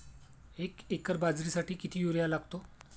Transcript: एक एकर बाजरीसाठी किती युरिया लागतो?